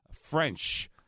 French